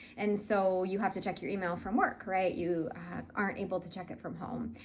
and so you have to check your email from work, right? you aren't able to check it from home,